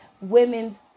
Women's